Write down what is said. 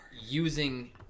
using –